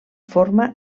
forma